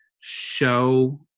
show